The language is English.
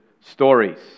stories